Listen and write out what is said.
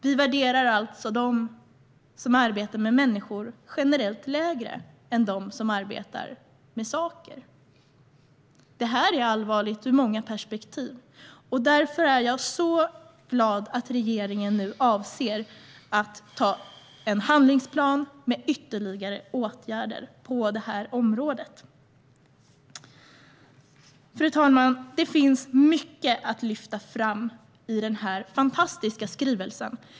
Vi värderar alltså generellt de yrken där man arbetar med människor lägre än de yrken där man arbetar med saker. Detta är allvarligt ur många perspektiv. Därför är jag så glad över att regeringen nu avser att anta en handlingsplan med ytterligare åtgärder på detta område. Fru talman! Det finns mycket att lyfta fram i denna fantastiska skrivelse.